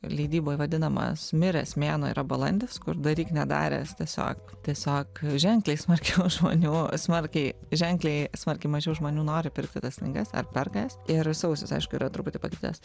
leidyboj vadinamas miręs mėnuo yra balandis kur daryk nedaręs tiesiog tiesiog ženkliai smarkiau žmonių smarkiai ženkliai smarkiai mažiau žmonių nori pirkti tas knygas ar perka jas ir sausis aišku yra truputį pakitęs